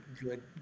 good